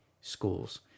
schools